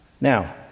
Now